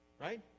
right